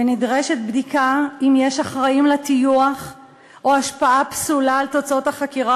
ונדרשת בדיקה אם יש אחראים לטיוח או השפעה פסולה על תוצאות החקירה